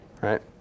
right